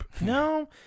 No